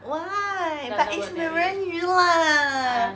why but it's 美人鱼啦